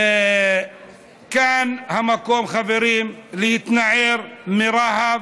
כאן המקום, חברים, להתנער מרהב,